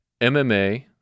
MMA